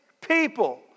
people